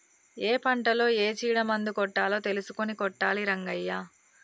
ఏ పంటలో ఏ చీడ మందు కొట్టాలో తెలుసుకొని కొట్టాలి రంగయ్య